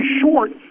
short